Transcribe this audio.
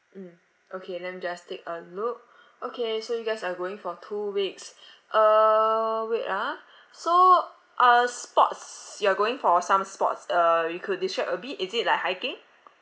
mm okay let me just take a look okay so you guys are going for two weeks uh wait ah so uh sports you are going for some sports uh you could describe a bit is it like hiking